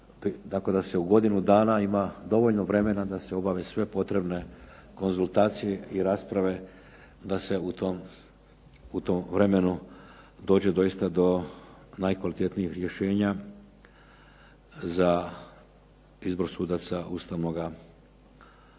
tako da se u godinu dana ima dovoljno vremena da se obave sve potrebne konzultacije i rasprave da se u tom vremenu dođe doista do najkvalitetnijih rješenja za izbor sudaca Ustavnoga suda.